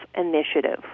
Initiative